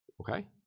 Okay